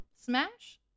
Smash